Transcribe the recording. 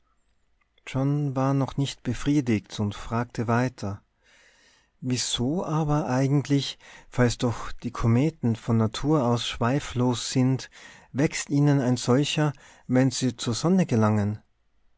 john war noch nicht befriedigt und fragte weiter wieso aber eigentlich falls doch die kometen von natur aus schweiflos sind wächst ihnen ein solcher wenn sie zur sonne gelangen